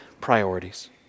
priorities